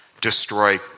destroy